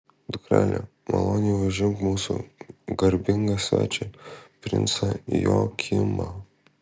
dukrele maloniai užimk mūsų garbingą svečią princą joakimą